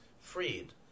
freed